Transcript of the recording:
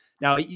Now